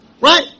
Right